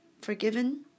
Forgiven